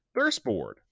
Thirstboard